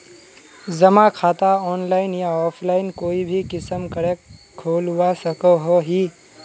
जमा खाता ऑनलाइन या ऑफलाइन कोई भी किसम करे खोलवा सकोहो ही?